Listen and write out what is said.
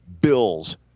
Bills